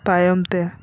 ᱛᱟᱭᱚᱢ ᱛᱮ